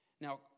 Now